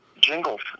jingles